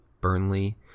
Burnley